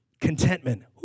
Contentment